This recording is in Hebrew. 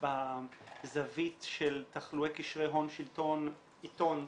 בזווית של תחלואי קשרי הון שלטון עיתון,